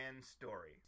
story